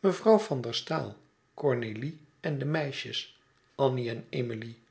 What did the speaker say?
mevrouw van der staal cornélie en de meisjes annie en emilie